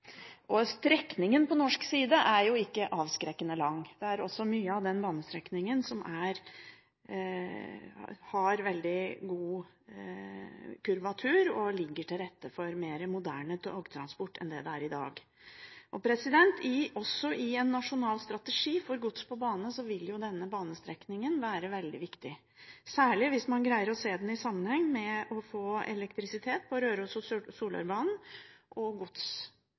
som ligger til rette for mer moderne togtransport enn det det er i dag. I en nasjonal strategi for gods på bane vil denne banestrekningen være veldig viktig. Særlig hvis man greier å se den i sammenheng med å få elektrisitet på Røros- og Solørbanen og godsterminal på Kongsvinger, vil man kunne avlaste svært mye av den trafikken som i dag går på Dovrebanen, og man vil i prinsippet ha to spor mellom Midt-Norge og Øst-Norge og muligheter for å transportere gods